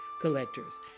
collectors